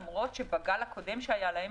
למרות שבגל הקודם שהיה להם